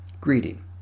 Greeting